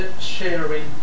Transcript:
sharing